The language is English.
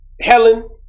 Helen